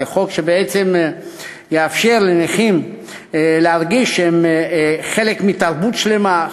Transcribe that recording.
זה חוק שיאפשר לנכים להרגיש שהם חלק מתרבות שלמה,